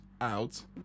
out